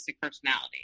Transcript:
personality